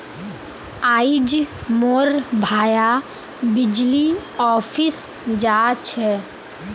आइज मोर भाया बिजली ऑफिस जा छ